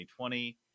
2020